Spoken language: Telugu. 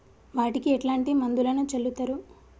వాటికి ఎట్లాంటి మందులను చల్లుతరు?